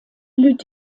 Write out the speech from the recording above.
blüht